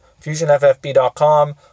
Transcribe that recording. FusionFFB.com